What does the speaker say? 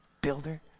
builder